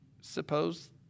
suppose